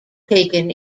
taken